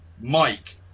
Mike